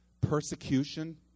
persecution